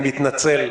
אני מתנצל.